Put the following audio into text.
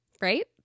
Right